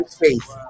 faith